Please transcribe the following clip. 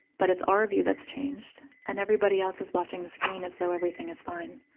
but it's our view that's changed, and everybody else is watching the screen as though everything is fine.